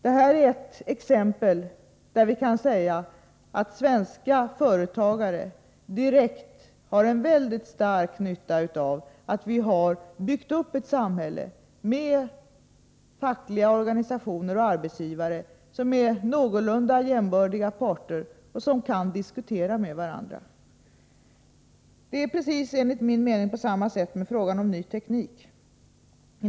Det här är ett exempel på att svenska företagare direkt har en mycket stor nytta av att vi har byggt upp ett samhälle med fackliga organisationer och arbetsgivare som är någorlunda jämbördiga parter och som kan diskutera med varandra. Det är enligt min mening på precis samma sätt med frågan om ny teknik.